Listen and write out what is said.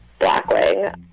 Blackwing